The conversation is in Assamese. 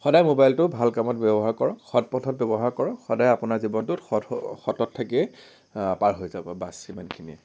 সদায় মোবাইলটো ভাল কামত ব্যৱহাৰ কৰক সৎ পথত ব্যৱহাৰ কৰক সদায় আপোনাৰ জীৱনটো সৎ সতত থাকিয়ে পাৰ হৈ যাব বাছ ইমানখিনিয়ে